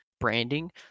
branding